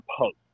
post